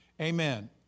Amen